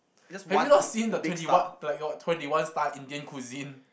have you not seen the twenty one like your twenty one star Indian cuisine